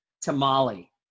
tamale